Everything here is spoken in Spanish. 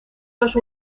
dos